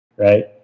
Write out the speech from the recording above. Right